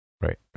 Right